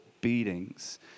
beatings